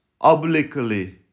obliquely